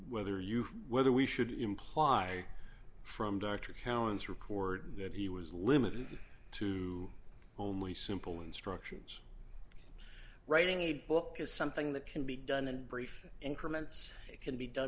whether you whether we should imply from dr cowen's record that he was limited to only simple instructions writing a book is something that can be done in brief increment it can be done